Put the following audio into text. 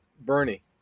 Bernie